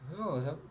no some~